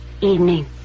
evening